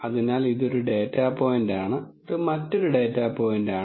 അതിനാൽ ഇത് ഒരു ഡാറ്റ പോയിന്റാണ് ഇത് മറ്റൊരു ഡാറ്റ പോയിന്റാണ്